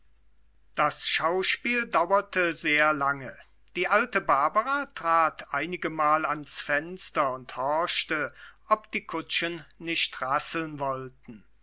das schauspiel dauerte sehr lange die alte barbara trat einigemal ans fenster und horchte ob die kutschen nicht rasseln wollten